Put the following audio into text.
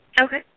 Okay